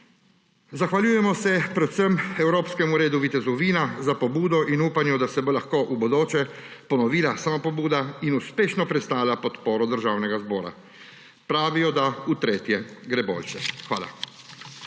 Zahvaljujemo se predvsem evropskemu redu vitezov vina za pobudo v upanju, da se bo lahko v bodoče ponovila pobuda in bo uspešno prestala podporo Državnega zbora. Pravijo, da gre v tretje boljše. Hvala.